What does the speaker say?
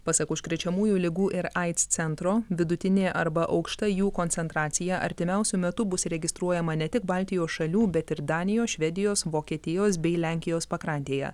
pasak užkrečiamųjų ligų ir aids centro vidutinė arba aukšta jų koncentracija artimiausiu metu bus registruojama ne tik baltijos šalių bet ir danijos švedijos vokietijos bei lenkijos pakrantėje